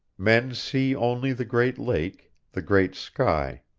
men see only the great lake, the great sky,